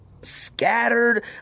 scattered